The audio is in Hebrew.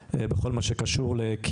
כאשר בעצם ניכנס היום להקראה של החוק.